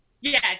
Yes